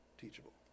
teachable